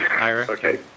Okay